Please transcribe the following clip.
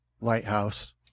lighthouse